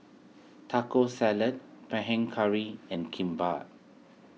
Taco Salad Panang Curry and Kimbap